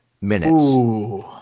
minutes